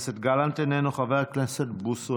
חבר הכנסת גלנט,